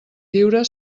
lliure